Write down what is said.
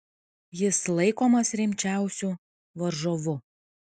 jis laikomas rimčiausiu varžovu